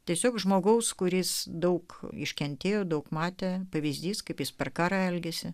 tiesiog žmogaus kuris daug iškentėjo daug matė pavyzdys kaip jis per karą elgėsi